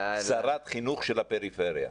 שרת חינוך של הפריפריה.